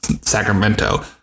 Sacramento